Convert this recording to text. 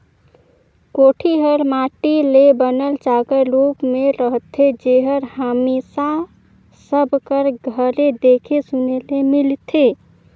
कोठी हर माटी ले बनल चाकर रूप मे रहथे जेहर हमेसा सब कर घरे देखे सुने ले मिलथे